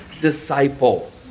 disciples